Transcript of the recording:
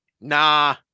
nah